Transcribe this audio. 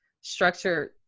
structured